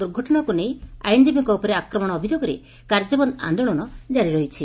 ଦୁର୍ଘଟଶାକୁ ନେଇ ଆଇନକୀବୀଙ୍କ ଉପରେ ଆକ୍ରମଣ ଅଭିଯୋଗରେ କାର୍ଯ୍ୟବନ୍ଦ ଆନ୍ଦୋଳନ ଜାରି ରହିଛି